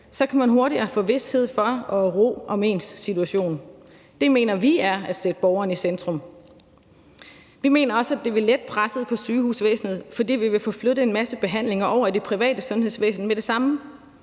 så kan man hurtigere få vished for og ro om sin situation. Det mener vi er at sætte borgeren i centrum. Vi mener også, at det vil lette presset på sygehusvæsenet, fordi vi vil få flyttet en masse behandlinger over i det private sundhedsvæsen med det samme.